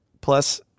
Plus